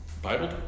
Bible